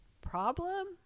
Problem